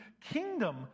kingdom